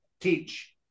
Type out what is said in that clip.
teach